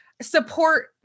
support